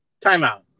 Timeout